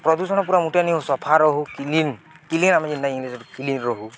ପ୍ରଦୂଷଣ ପୁରା ମୁଠା ନି ହଉ ସଫା ରହୁ କ୍ଲିନ୍ କ୍ଲିନ୍ ଆମେ ଯେନ୍ ଇ କ୍ଲିନ୍ ରହୁ